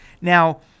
Now